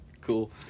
Cool